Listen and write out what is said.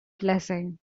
blessing